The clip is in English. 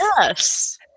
Yes